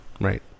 right